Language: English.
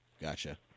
Gotcha